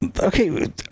Okay